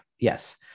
Yes